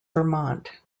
vermont